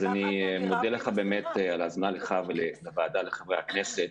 אני מודה לך ולוועדה, לחברי הכנסת,